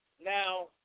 Now